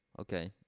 Okay